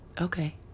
Okay